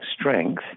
strength